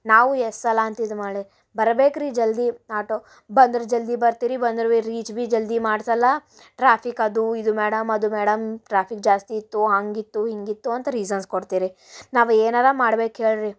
ನಾವು ಎಷ್ಟು ಸಲ ಅಂತ ಇದು ಮಾಡಿ ಬರಬೇಕು ರೀ ಜಲ್ದಿ ಆಟೋ ಬಂದ್ರ ಜಲ್ದಿ ಬರ್ತಿರಿ ಬಂದ್ರ ಬಿ ರೀಚ್ ಬಿ ಜಲ್ದಿ ಮಾಡ್ಸಲ್ಲ ಟ್ರಾಫಿಕ್ ಅದು ಇದು ಮೇಡಮ್ ಅದು ಮೇಡಮ್ ಟ್ರಾಫಿಕ್ ಜಾಸ್ತಿ ಇತ್ತು ಹಂಗಿತ್ತು ಹಿಂಗಿತ್ತು ಅಂತ ರೀಸನ್ಸ್ ಕೊಡ್ತೀರಿ ನಾವು ಏನಾರ ಮಾಡ್ಬೇಕು ಹೇಳ್ರಿ